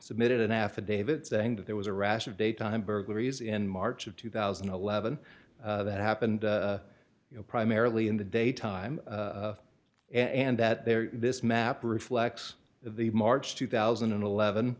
submitted an affidavit saying that there was a rash of daytime burglaries in march of two thousand and eleven that happened you know primarily in the daytime and that there this map reflects the march two thousand and eleven